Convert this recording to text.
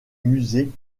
musée